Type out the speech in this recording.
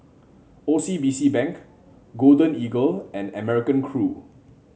O C B C Bank Golden Eagle and American Crew